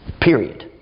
Period